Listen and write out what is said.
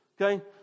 okay